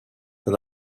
and